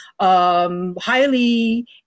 highly